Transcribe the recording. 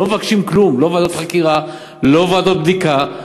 לא מבקשים כלום, לא ועדות חקירה, לא ועדות בדיקה.